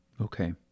Okay